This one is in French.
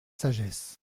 sagesse